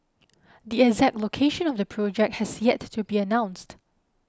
the exact location of the project has yet to be announced